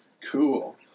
Cool